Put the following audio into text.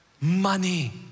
money